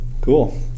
Cool